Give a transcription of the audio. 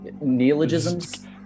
Neologisms